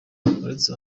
uretse